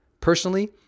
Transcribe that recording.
Personally